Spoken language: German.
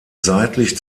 seitlich